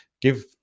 give